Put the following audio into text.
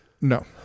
No